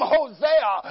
Hosea